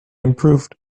improved